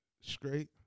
straight